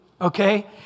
okay